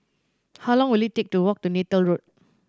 how long will it take to walk to Neythal Road